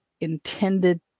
intended